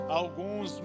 alguns